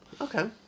okay